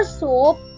soap